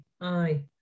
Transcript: aye